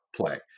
play